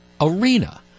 arena